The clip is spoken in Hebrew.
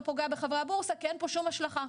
פוגע בחברי הבורסה כי אין פה שום השלכה.